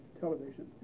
television